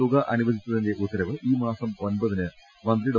തുക അനുവദിച്ചതിന്റെ ഉത്തരവ് ഈ മാസം ഒമ്പതിന് മന്ത്രി ഡോ